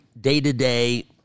day-to-day